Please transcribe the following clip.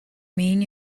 mean